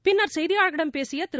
பின்னா் செய்தியாளா்களிடம் பேசிய திரு